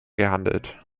gehandelt